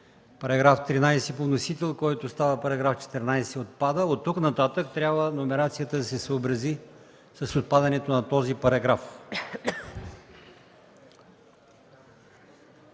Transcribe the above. Параграф 13 по вносител, който става § 14 – отпада. От тук нататък трябва номерацията да се съобрази с отпадането на този параграф.